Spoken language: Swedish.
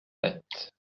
rätt